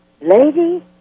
lady